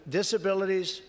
disabilities